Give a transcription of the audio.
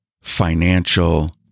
financial